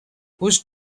whose